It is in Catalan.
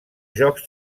jocs